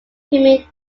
humid